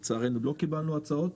לצערנו, לא קיבלנו הצעות.